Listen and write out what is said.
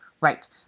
Right